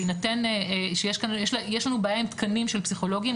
בהינתן שיש לנו בעיה עם תקנים של פסיכולוגים,